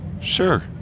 Sure